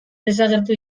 desagertu